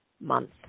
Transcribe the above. Month